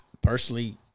Personally